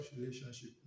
relationship